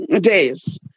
days